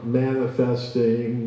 manifesting